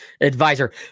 advisor